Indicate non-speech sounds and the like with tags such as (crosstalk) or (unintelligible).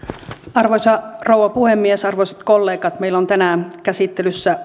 arvoisa rouva puhemies arvoisat kollegat meillä on tänään käsittelyssä (unintelligible)